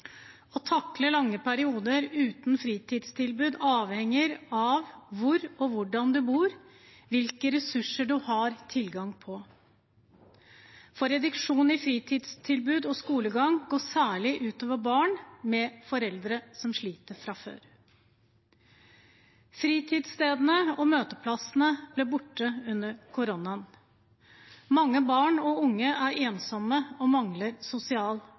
«Å takle lange perioder uten fritidstilbud avhenger av hvor og hvordan du bor og hvilke ressurser du har tilgang på.» Reduksjon i fritidstilbud og skolegang går særlig ut over barn med foreldre som sliter fra før. Fristedene og møteplassene ble borte under koronaen. Mange barn og unge er ensomme og mangler sosial